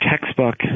textbook